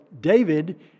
David